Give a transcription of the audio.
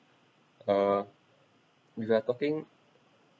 uh we we are talking